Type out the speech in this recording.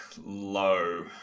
low